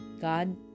God